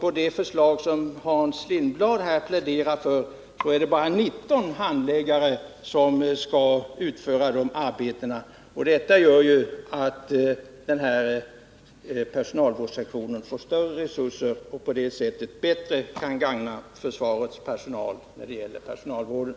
I det förslag som Hans Lindblad här pläderar för är det bara 19 handläggare som skall utföra detta arbete. Förslaget i min motion medför att personalvårdssektionen får större resurser och därigenom bättre kan gagna försvarets personal när det gäller personalvården.